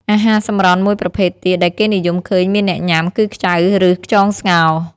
អាហារសម្រន់មួយប្រភេទទៀតដែលគេនិយមឃើញមានអ្នកញុំា គឺខ្ចៅ ឬ ខ្យងស្ងោរ។